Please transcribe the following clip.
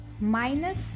minus